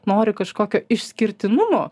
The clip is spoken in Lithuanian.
nori kažkokio išskirtinumo